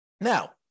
Now